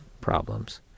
problems